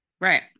right